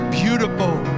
beautiful